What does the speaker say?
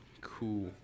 Cool